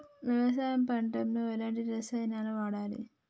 వ్యవసాయం పంట లో ఎలాంటి రసాయనాలను వాడాలి?